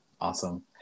awesome